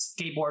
skateboard